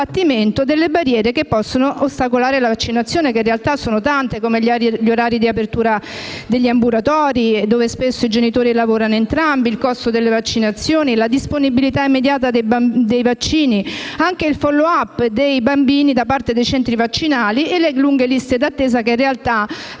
delle barriere che possono ostacolare la vaccinazione e che in realtà sono tante, come gli orari di apertura degli ambulatori (spesso i genitori lavorano entrambi), il costo delle vaccinazioni, la disponibilità immediata dei vaccini, il *follow-up* dei bambini da parte dei centri vaccinali e le lunghe liste d'attesa, che in realtà ci